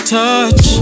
touch